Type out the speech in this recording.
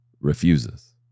refuses